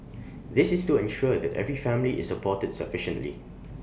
this is to ensure that every family is supported sufficiently